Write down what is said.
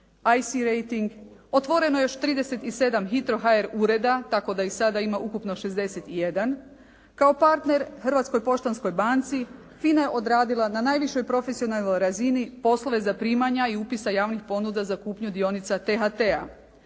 IC-reiting, otvoreno je još 37 HITRO.HR ureda tako da ih sada ima ukupno 61. Kao partner Hrvatskoj poštanskoj banci FINA je odradila na najvišoj profesionalnoj razini poslove zaprimanja i upisa javnih ponuda za kupnju dionica THT-a.